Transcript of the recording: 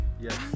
Yes